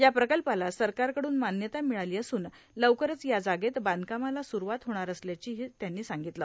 या प्रकल्पाला सरकारकडून मान्यता मिळाली असून लवकरच या जागेत बांधकामाला स्रुरूवात होणार असल्याचंही त्यांनी सांगितलं